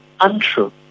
untrue